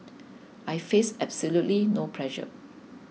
I face absolutely no pressure